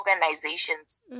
organizations